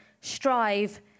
strive